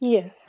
Yes